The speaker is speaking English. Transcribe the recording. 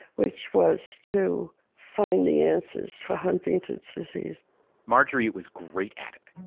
which was to find the answers for huntington's disease marjorie was great at it.